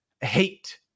hate